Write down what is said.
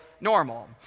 normal